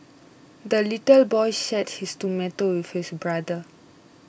the little boy shared his tomato with his brother